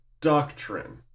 doctrine